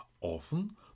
Often